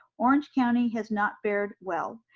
orange county has not fared well.